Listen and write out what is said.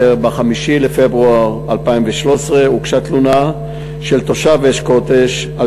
ב-5 בפברואר 2013 הוגשה תלונה של תושב אש-קודש על